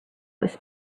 was